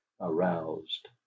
aroused